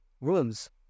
rooms